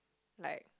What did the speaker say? like